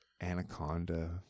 anaconda